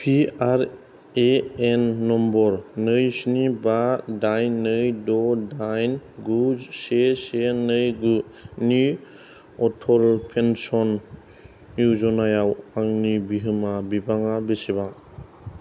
P R A N number नै स्नि बा दाइन नै द' दाइन गु से से नै गु नि अटल पेन्सन य'जनायाव आंनि बिहोमा बिबाङा बेसेबां